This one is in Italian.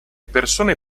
persone